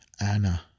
Anna